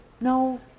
No